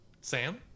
Sam